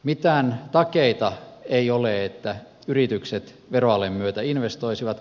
mitään takeita ei ole että yritykset veroalen myötä investoisivat